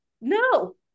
No